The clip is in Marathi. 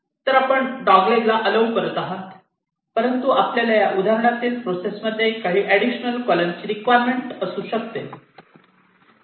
तर आपण डॉग लेग ला ऑलॉव करत आहात परंतु आपल्याला या उदाहरणातील प्रोसेस मध्ये काही एडिशनल कॉलम ची रिक्वायरमेंट असू शकते